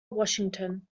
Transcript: washington